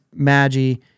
Maggi